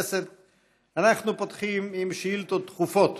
פותחים בשאילתות דחופות.